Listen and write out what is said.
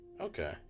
okay